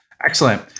excellent